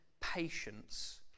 patience